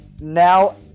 now